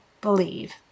believe